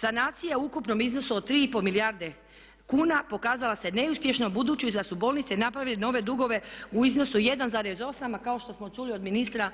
Sanacija u ukupnom iznosu od 3 i pol milijarde kuna pokazala se neuspješna budući da su bolnice napravile nove dugove u iznosu od 1,8 a kao što smo čuli od ministra